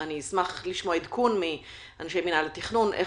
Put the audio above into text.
אשמח לשמוע עדכון מאנשי מינהל התכנון איך